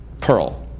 Pearl